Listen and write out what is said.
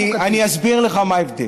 אני אסביר לך מה ההבדל.